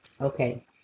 Okay